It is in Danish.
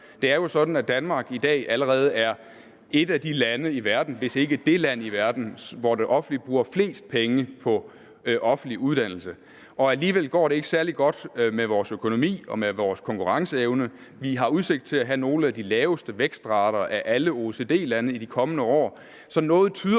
Det er jo sådan, at Danmark i dag allerede er et af de lande i verden, hvis ikke det land i verden, hvor det offentlige bruger flest penge på offentlig uddannelse, og alligevel går det ikke særlig godt med vores økonomi og med vores konkurrenceevne. Vi har udsigt til at have nogle af de laveste vækstrater af alle OECD-lande i de kommende år, så noget tyder